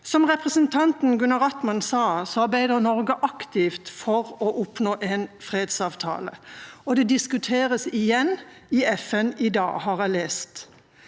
Som representanten Gunaratnam sa, arbeider Norge aktivt for å oppnå en fredsavtale. Det diskuteres igjen i FN i dag, har jeg lest.